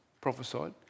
prophesied